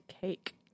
cake